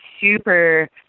super